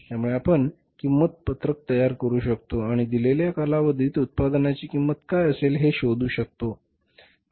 यामुळे आपण किंमत पत्रक तयार करू शकतो आणि दिलेल्या कालावधीत उत्पादनाची किंमत काय असेल हे शोधू शकतो